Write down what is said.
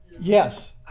Yes